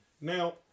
Now